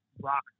rock